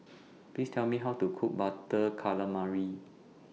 Please Tell Me How to Cook Butter Calamari